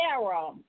Sarah